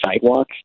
sidewalk